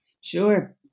Sure